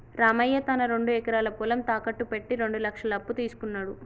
రామయ్య తన రెండు ఎకరాల పొలం తాకట్టు పెట్టి రెండు లక్షల అప్పు తీసుకున్నడు